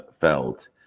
felt